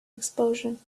explosion